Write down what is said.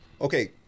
okay